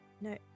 no